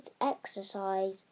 exercise